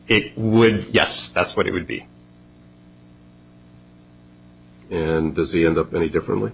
it would yes that's what it would be and does he end up any differently